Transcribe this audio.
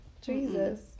Jesus